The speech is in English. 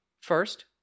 First